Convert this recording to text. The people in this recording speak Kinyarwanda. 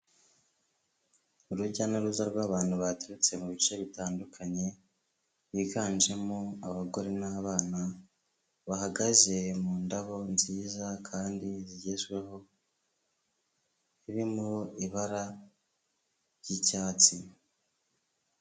Urujya n'uruza rw'abantu baturutse mu bice bitandukanye biganjemo abagore n'abana, bahagaze mu ndabo nziza kandi zigezweho, irimo ibara ry'icyatsi.